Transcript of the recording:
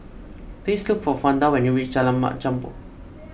please look for Fonda when you reach Jalan Mat Jambol